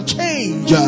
change